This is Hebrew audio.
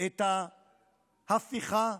את ההפיכה,